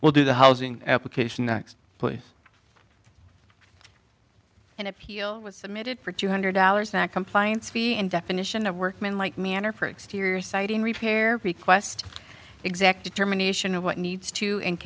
will do the housing application next put an appeal was submitted for two hundred dollars that compliance fee and definition of workmanlike manner for exterior siding repair request exact determination of what needs to and